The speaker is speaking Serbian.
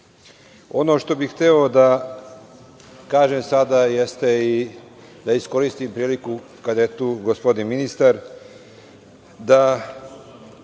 što bih hteo da kažem sada jeste, a i da iskoristim priliku dok je tu gospodin ministar, da